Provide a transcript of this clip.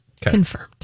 confirmed